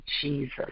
Jesus